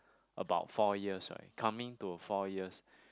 about four years right coming to four years